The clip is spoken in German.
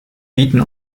bieten